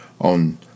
on